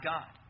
God